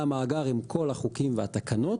עלה מאגר עם כל החוקים והתקנות.